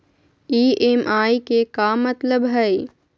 EMI के का मतलब हई?